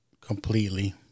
completely